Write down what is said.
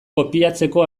kopiatzeko